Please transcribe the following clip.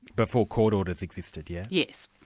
before court orders existed, yes? yes.